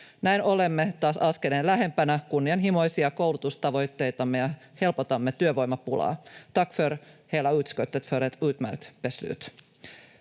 Näin olemme taas askeleen lähempänä kunnianhimoisia koulutustavoitteitamme ja helpotamme työvoimapulaa. Tack till hela utskottet för ett utmärkt beslut.